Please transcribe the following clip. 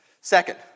Second